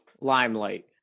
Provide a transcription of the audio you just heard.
limelight